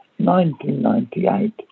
1998